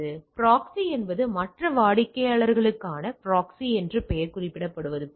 எனவே ப்ராக்ஸி என்பது மற்ற வாடிக்கையாளர்களுக்கான ப்ராக்ஸி என்று பெயர் குறிப்பிடுவது போல